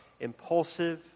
impulsive